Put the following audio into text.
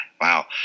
Wow